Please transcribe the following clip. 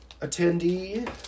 attendee